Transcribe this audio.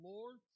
Lord